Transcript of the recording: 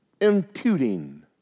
imputing